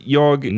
jag